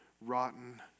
rotten